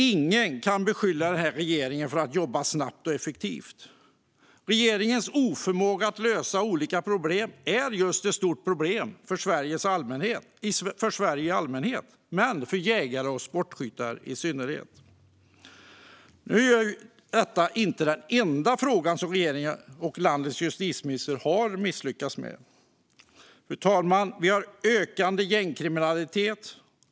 Ingen kan beskylla den här regeringen för att jobba snabbt och effektivt. Regeringens oförmåga att lösa olika problem är ett stort problem för Sverige i allmänhet och för jägare och sportskyttar i synnerhet. Nu är ju detta inte den enda fråga som regeringen och landets justitieminister har misslyckats med, fru talman. Vi har en ökande gängkriminalitet.